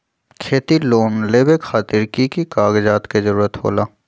खेती लोन लेबे खातिर की की कागजात के जरूरत होला?